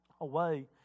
away